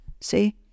see